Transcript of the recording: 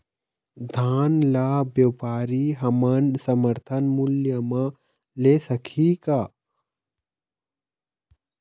धान ला व्यापारी हमन समर्थन मूल्य म ले सकही का?